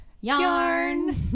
Yarn